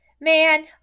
Man